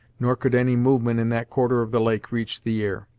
nor could any movement in that quarter of the lake reach the ear.